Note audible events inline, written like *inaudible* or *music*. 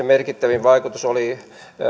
*unintelligible* merkittävin vaikutus oli